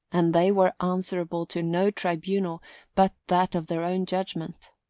and they were answerable to no tribunal but that of their own judgment.